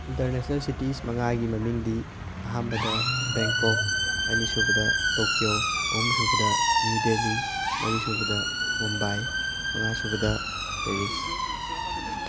international cities ꯃꯉꯥꯒꯤ ꯃꯃꯤꯡꯗꯤ ꯑꯍꯥꯟꯕꯗ ꯕꯦꯡꯀꯣꯛ ꯑꯅꯤꯁꯨꯕꯗ ꯇꯣꯛꯀ꯭ꯌꯣ ꯑꯍꯨꯝꯁꯨꯕꯗ ꯅ꯭ꯌꯨ ꯗꯦꯜꯂꯤ ꯃꯔꯤꯁꯨꯕꯗ ꯃꯨꯝꯕꯥꯏ ꯃꯉꯥꯁꯨꯕꯗ ꯄꯦꯔꯤꯁ